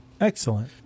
Excellent